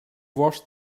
washed